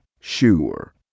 Sure